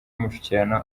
y’umushyikirano